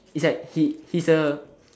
it's like he he's a